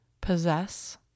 possess